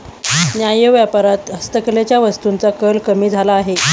न्याय्य व्यापारात हस्तकलेच्या वस्तूंचा कल कमी झाला आहे